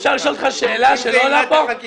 אפשר לשאול אותך שאלה שלא עולה פה?